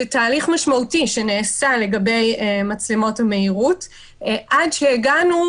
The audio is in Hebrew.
תהליך משמעותי שנעשה לגבי מצלמות המהירות עד שהגענו